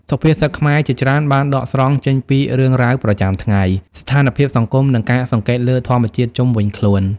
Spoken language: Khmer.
សុភាសិតខ្មែរជាច្រើនបានដកស្រង់ចេញពីរឿងរ៉ាវប្រចាំថ្ងៃ ស្ថានភាពសង្គម និងការសង្កេតលើធម្មជាតិជុំវិញខ្លួន។